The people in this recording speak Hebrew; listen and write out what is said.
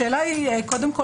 השאלה היא קודם כול,